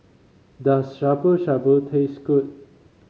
does Shabu Shabu taste good